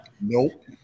Nope